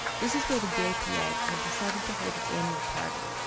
this is where the gaypa had decided to hold its annual party,